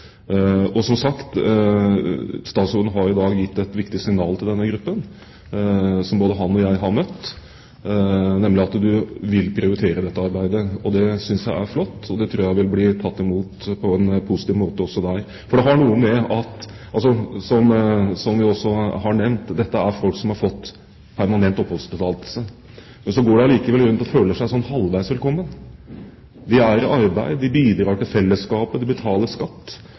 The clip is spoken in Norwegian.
Som sagt, statsråden har i dag gitt et viktig signal til denne gruppen – som både han og jeg har møtt – nemlig at han vil prioritere dette arbeidet. Det synes jeg er flott, og det tror jeg vil bli tatt imot på en positiv måte også der. Som vi også har nevnt, er dette folk som har fått permanent oppholdstillatelse, men likevel går de rundt og føler seg halvveis velkommen. De er i arbeid, de bidrar til fellesskapet, og de betaler skatt,